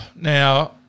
Now